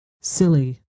Silly